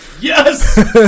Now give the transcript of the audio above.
Yes